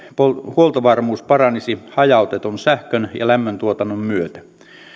huoltovarmuus paranisi hajautetun sähkön ja lämmöntuotannon myötä